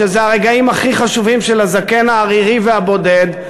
שזה הרגעים הכי חשובים של הזקן הערירי והבודד,